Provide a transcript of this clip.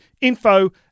info